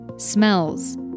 smells